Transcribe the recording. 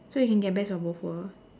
so you can get best of both world